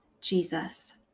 Jesus